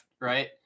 Right